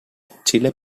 chile